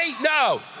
No